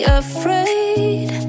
afraid